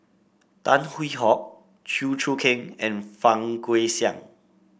Tan Hwee Hock Chew Choo Keng and Fang Guixiang